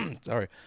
sorry